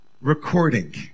recording